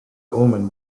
omen